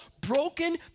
broken